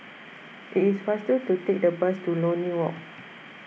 it is faster to take the bus to Lornie Walk